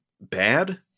bad